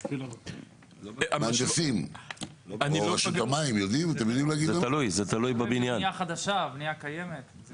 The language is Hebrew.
זה תלוי אם זה בנייה חדשה או בנייה קיימת.